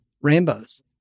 rainbows